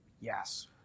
Yes